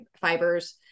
fibers